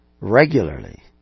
regularly